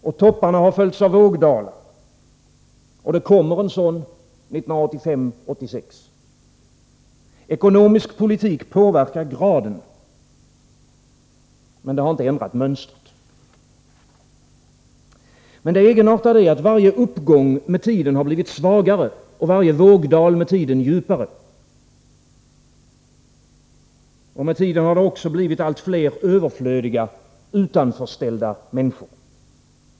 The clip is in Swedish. Och topparna har följts av vågdalar — och det kommer en sådan 1985-1986. Ekonomisk politik påverkar graden, men har inte ändrat mönstret. Men det egenartade är att varje uppgång med tiden har blivit svagare, varje vågdal med tiden djupare. Och med tiden har det också blivit allt fler överflödiga, utanförställda människor.